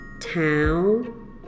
town